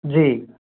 जी